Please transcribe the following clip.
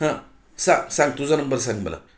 हां सांग सांग तुझा नंबर सांग मला